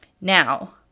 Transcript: Now